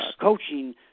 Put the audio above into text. coaching